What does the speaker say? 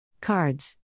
Cards